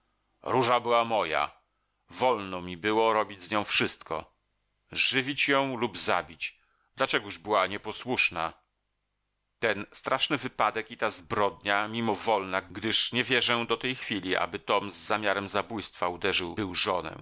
róża była moja wolno mi było robić z nią wszystko żywić ją lub zabić dlaczegóż była nieposłuszna ten straszny wypadek i ta zbrodnia mimowolna gdyż nie wierzę do tej chwili aby tom z zamiarem zabójstwa uderzył był żonę